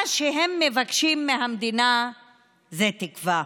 מה שהם מבקשים מהמדינה זה תקווה.